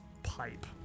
pipe